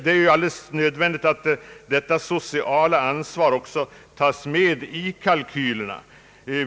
Det är alldeles nödvändigt att det sociala ansvaret också tas med i företagens kalkyler.